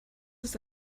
ist